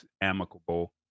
amicable